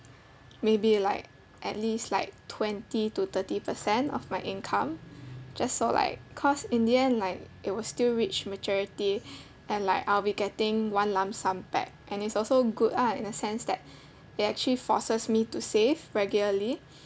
maybe like at least like twenty to thirty percent of my income just so like cause in the end like it will still reach maturity and like I'll be getting one lump sum back and it's also good ah in the sense that it actually forces me to save regularly